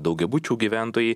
daugiabučių gyventojai